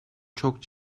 çok